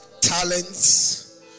talents